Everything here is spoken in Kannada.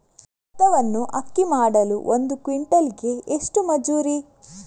ಭತ್ತವನ್ನು ಅಕ್ಕಿ ಮಾಡಲು ಒಂದು ಕ್ವಿಂಟಾಲಿಗೆ ಎಷ್ಟು ಮಜೂರಿ?